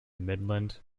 midland